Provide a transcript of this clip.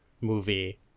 movie